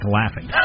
laughing